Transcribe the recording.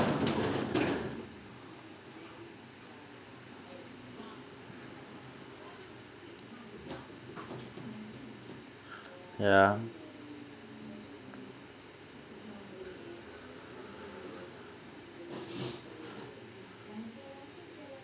yeah